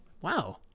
wow